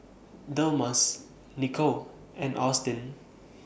Delmas Nikko and Austyn